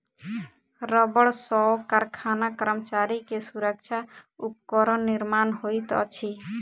रबड़ सॅ कारखाना कर्मचारी के सुरक्षा उपकरण निर्माण होइत अछि